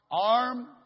Arm